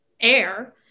air